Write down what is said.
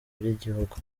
by’igihugu